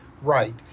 right